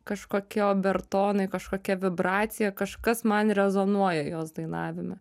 kažkokie obertonai kažkokia vibracija kažkas man rezonuoja jos dainavime